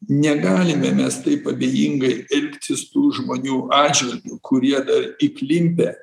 negalime mes taip abejingai elgtis tų žmonių atžvilgiu kurie dar įklimpę